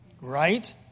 right